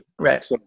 Right